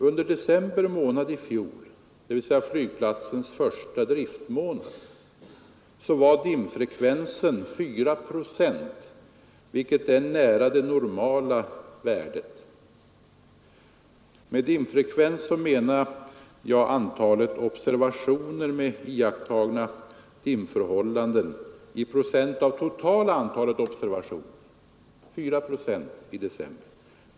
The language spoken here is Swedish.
Under december månad i fjol, dvs. flygplatsens första driftmånad, var dimfrekvensen 4 procent, vilket är nära det normala värdet. Med dimfrekvens menar jag antalet observationer med iakttagna dimförhållanden i procent av totala antalet observationer.